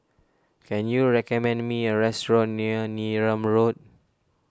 can you recommend me a restaurant near Neram Road